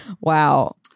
wow